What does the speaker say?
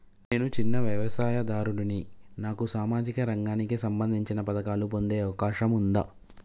నేను చిన్న వ్యవసాయదారుడిని నాకు సామాజిక రంగానికి సంబంధించిన పథకాలు పొందే అవకాశం ఉందా?